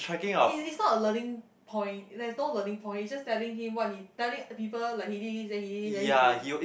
it is not a learning point there is no learning point is just telling him what he telling people like he did this then he did this then he did this